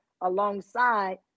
alongside